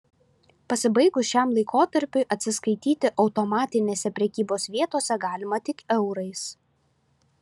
pasibaigus šiam laikotarpiui atsiskaityti automatinėse prekybos vietose galima tik eurais